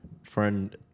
friend